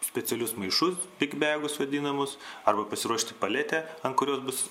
specialius maišus bigbegus vadinamus arba pasiruošti paletę an kurios bus